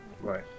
Right